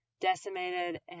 decimated